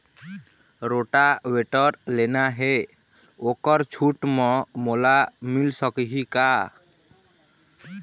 Rotavator लेना हे ओहर छूट म मोला मिल सकही का?